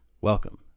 Welcome